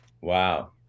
Wow